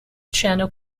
channel